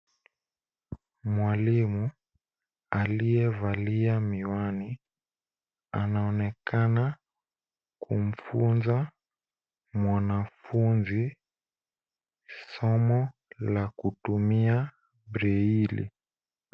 Mwalimu aliyevalia miwani anaonekana kumfunza mwanafunzi somo la kutumia breli.